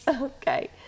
Okay